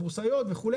הבורסאיות וכולי,